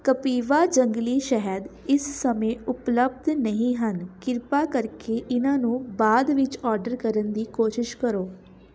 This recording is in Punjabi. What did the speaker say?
ਕਪੀਵਾ ਜੰਗਲੀ ਸ਼ਹਿਦ ਇਸ ਸਮੇਂ ਉਪਲੱਬਧ ਨਹੀਂ ਹਨ ਕਿਰਪਾ ਕਰਕੇ ਇਹਨਾਂ ਨੂੰ ਬਾਅਦ ਵਿੱਚ ਓਰਡਰ ਕਰਨ ਦੀ ਕੋਸ਼ਿਸ਼ ਕਰੋ